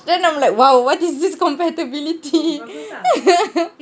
then I'm like !wow! what is this compatibility